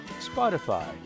Spotify